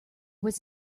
was